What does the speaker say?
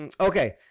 Okay